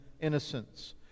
innocence